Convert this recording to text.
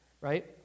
right